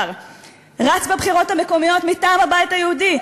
רץ בבחירות המקומיות מטעם הבית היהודי,